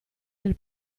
del